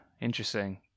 interesting